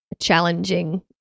challenging